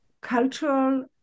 cultural